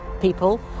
people